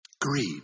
Greed